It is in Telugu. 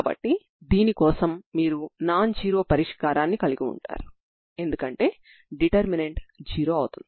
కాబట్టి c1 c2 లు రెండూ 0 లు అవుతాయి